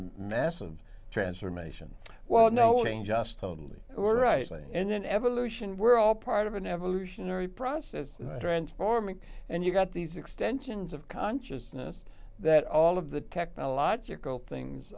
massive transformation well knowing just totally we're rightly in an evolution we're all part of an evolutionary process transforming and you've got these extensions of consciousness that all of the technological things